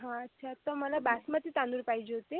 हां अच्छा तर मला बासमती तांदूळ पाहिजे होते